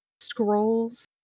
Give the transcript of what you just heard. scrolls